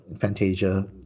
Fantasia